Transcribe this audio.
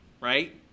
Right